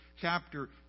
chapter